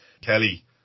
Kelly